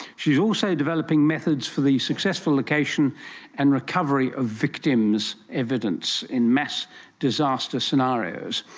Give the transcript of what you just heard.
she is also developing methods for the successful location and recovery of victims' evidence in mass disaster scenarios.